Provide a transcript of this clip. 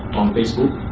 on facebook.